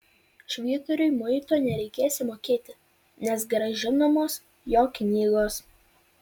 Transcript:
švyturiui muito nereikėsią mokėti nes grąžinamos jo knygos